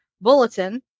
Bulletin